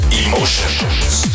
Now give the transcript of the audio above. emotions